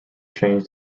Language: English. changed